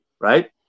Right